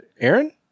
Aaron